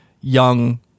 young